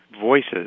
voices